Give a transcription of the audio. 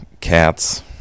cats